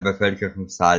bevölkerungszahl